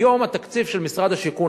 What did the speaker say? היום תקציב משרד השיכון,